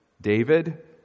David